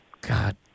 God